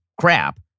crap